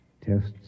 Tests